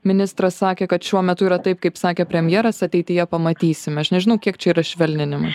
ministras sakė kad šiuo metu yra taip kaip sakė premjeras ateityje pamatysime aš nežinau kiek čia yra švelninima